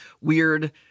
weird